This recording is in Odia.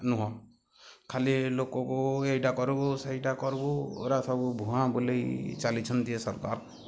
ନୁହଁ ଖାଲି ଲୋକକୁ ଏଇଟା କରିବୁ ସେଇଟା କରବୁ ଏଗୁଡ଼ା ସବୁ ଭୁଆଁ ବୁଲିଚାଲିଛନ୍ତି ସରକାର